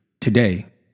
Today